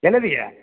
ಎಲ್ಲಿದಿಯಾ